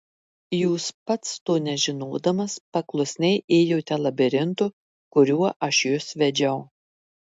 jūs pats to nežinodamas paklusniai ėjote labirintu kuriuo aš jus vedžiau